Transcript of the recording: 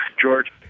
George